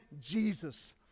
Jesus